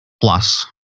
plus